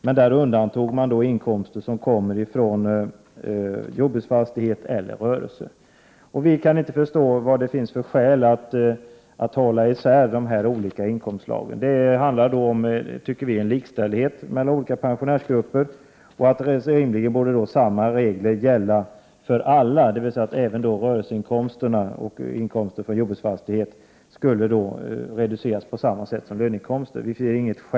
Men man undantog inkomst från jordbruksfastighet eller rörelse. Vi kan inte förstå vad det finns för skäl att hålla isär de olika inkomstslagen. Vi tycker att det skall vara likställighet mellan olika pensionärsgrupper. Rimligtvis borde samma regler gälla för alla, dvs. att även rörelseinkomst och inkomst från jordbruksfastighet skall undantas från inkomstunderlaget på samma sätt som löneinkomster vid bedömning av KBT.